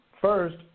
First